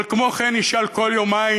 אבל כמו כן ישאל כל יומיים